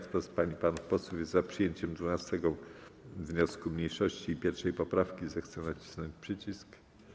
Kto z pań i panów posłów jest za przyjęciem 12. wniosku mniejszości i 1. poprawki, zechce nacisnąć przycisk.